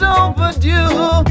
overdue